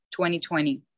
2020